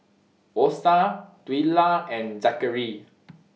Osa Twila and Zackary